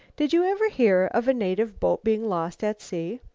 did you ever hear of a native boat being lost at sea?